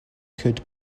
could